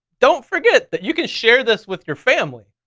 don't forget that you can share this with your family.